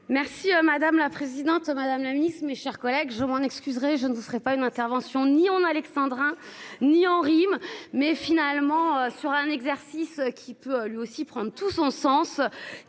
Merci madame la présidente Madame la Ministre, mes chers collègues, je m'en excuserez, je ne vous ferai pas une intervention ni en alexandrins ni rime mais finalement sur un exercice qui peut lui aussi prend tout son sens